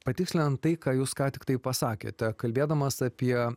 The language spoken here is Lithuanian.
patikslinant tai ką jūs ką tiktai pasakėte kalbėdamas apie